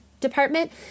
department